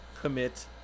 commit